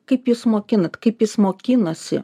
kaip jūs mokinat kaip jis mokinasi